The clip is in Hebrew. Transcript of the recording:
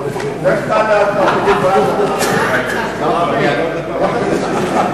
לומר לכם, רבותי השרים, רבותי חברי הכנסת,